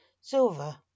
Silver